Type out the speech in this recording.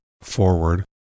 forward